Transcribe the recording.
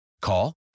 Call